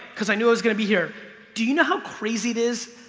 because i knew i was gonna be here. do you know how crazy it is?